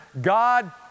God